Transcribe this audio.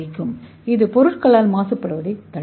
இது வெளிநாட்டு பொருட்களால் மாசுபடுவதைத் தடுக்கும்